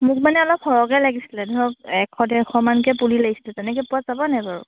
মোক মানে অলপ সৰহকৈ লাগিছিলে ধৰক এশ ডেৰশমানকৈ পুলি লাগিছিলে তেনেকৈ পোৱা যাবনে নাই বাৰু